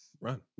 Run